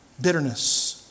Bitterness